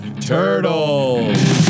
turtles